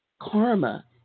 Karma